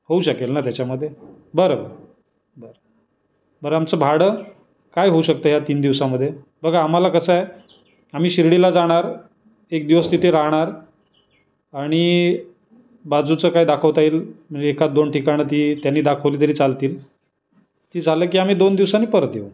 होऊ शकेल ना तेच्यामध्ये बरं बरं बरं बरं आमचं भाडं काय होऊ शकतं या तीन दिवसामध्ये बघा आम्हाला कसं आहे आम्ही शिर्डीला जाणार एक दिवस तिथे राहणार आणि बाजूचं काय दाखवता येईल म्हणजे एखाद दोन ठिकाणं ती त्यांनी दाखवली तरी चालतील ती झालं की आम्ही दोन दिवसांनी परत येऊ